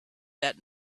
that